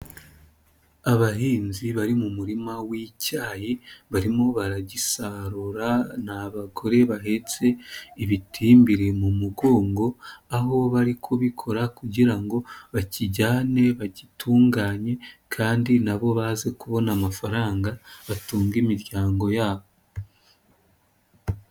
Abahinzi bari mu murima w'icyayi, barimo baragisarura ni abagore bahetse ibitimbiri mu mugongo. Aho bari kubikora kugira ngo bakijyane bagitunganye kandi na bo baze kubona amafaranga batunge imiryango yabo.